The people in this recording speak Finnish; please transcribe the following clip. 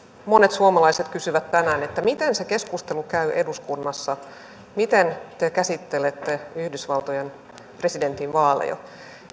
monet suomalaiset kysyvät tänään miten se keskustelu käy eduskunnassa miten te käsittelette yhdysvaltojen presidentinvaaleja